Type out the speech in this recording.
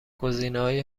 گزینههای